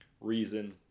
reason